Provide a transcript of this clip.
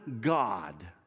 god